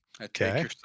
okay